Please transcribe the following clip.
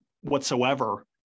whatsoever